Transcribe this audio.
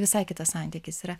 visai kitas santykis yra